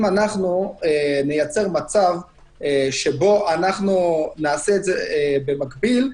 אם נייצר מצב שבו נעשה את זה במקביל,